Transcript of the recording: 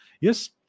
Yes